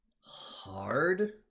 hard